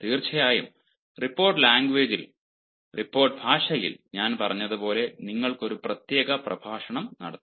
തീർച്ചയായും റിപ്പോർട്ട് ലാംഗ്വേജ്ജിൽ report language report ഭാഷയിൽ ഞാൻ പറഞ്ഞതുപോലെ നിങ്ങൾക്ക് ഒരു പ്രത്യേക പ്രഭാഷണം നടത്തും